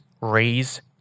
raise